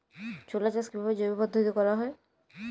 ছোলা চাষ কিভাবে জৈব পদ্ধতিতে করা যায়?